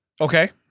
Okay